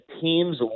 teams